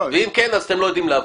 ואם כן, אתם לא יודעים לעבוד.